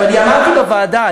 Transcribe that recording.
אמרתי בוועדה,